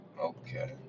Okay